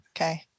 Okay